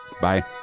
Bye